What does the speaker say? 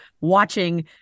watching